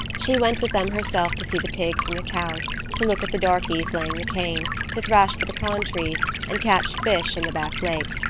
she went with them herself to see the pigs and the cows, to look at the darkies laying the cane, to thrash the pecan trees, and catch fish in the back lake.